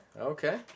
okay